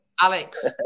Alex